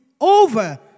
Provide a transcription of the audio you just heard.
over